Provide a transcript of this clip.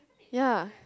ya